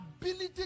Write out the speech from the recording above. Ability